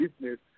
business